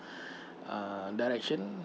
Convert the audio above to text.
uh direction